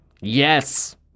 Yes